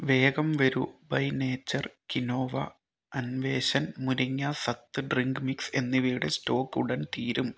വേഗം വരൂ by nature quinoa Anveshan മുരിങ്ങ സത്ത് ഡ്രിങ്ക് മിക്സ് എന്നിവയുടെ സ്റ്റോക്ക് ഉടൻ തീരും